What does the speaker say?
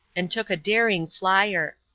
and took a daring flyer.